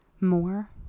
more